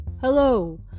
Hello